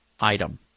item